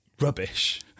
Rubbish